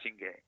game